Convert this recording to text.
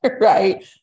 right